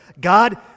God